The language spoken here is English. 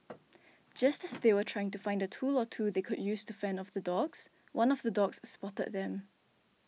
just as they were trying to find a tool or two that they could use to fend off the dogs one of the dogs spotted them